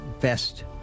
Best